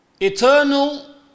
Eternal